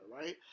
right